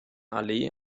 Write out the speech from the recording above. allee